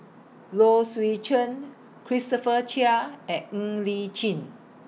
Low Swee Chen Christopher Chia and Ng Li Chin